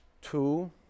Two